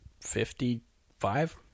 Fifty-five